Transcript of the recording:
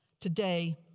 Today